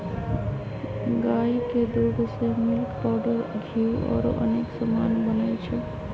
गाई के दूध से मिल्क पाउडर घीउ औरो अनेक समान बनै छइ